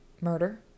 murder